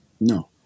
No